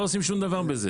לא עושים שום דבר בזה.